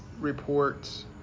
reports